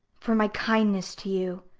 for my kindness to you,